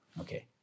Okay